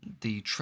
the-